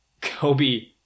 Kobe